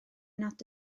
nad